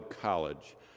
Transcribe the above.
college